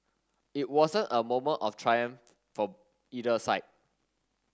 it wasn't a moment of triumph for either side